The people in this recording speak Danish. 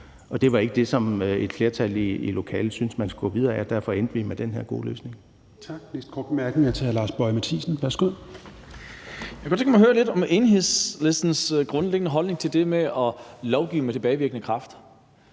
og det var ikke det, som et flertal i lokalet syntes man skulle gå videre med, og derfor endte vi med den her gode løsning.